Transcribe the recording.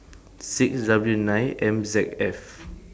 six W nine M Z F